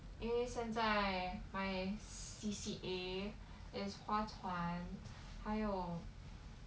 因为现在 my C_C_A is 划船还有